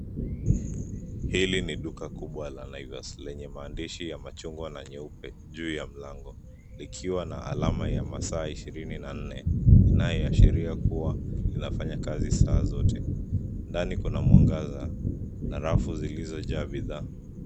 Hili ni duka kubwa la Naivas lenye maandishi ya machungwa na nyeupe, juu ya mlango, likiwa na alama ya masaa ishirini na nne, inayoashiria kuwa, linafanya kazi saa zote, ndani kuna mwangaza, na rafu zilizojaa bidhaa.